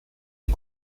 und